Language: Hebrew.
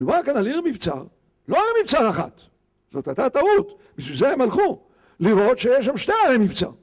נאמר כאן על עיר מבצר, לא על עיר מבצר אחת, זאת הייתה טעות, בשביל זה הם הלכו, לראות שיש שם שתי ערים מבצר.